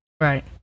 right